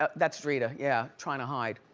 ah that's drita, yeah, trying to hide.